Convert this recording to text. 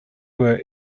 were